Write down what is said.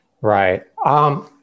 Right